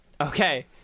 Okay